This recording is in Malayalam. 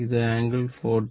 ഇത് ആംഗിൾ 40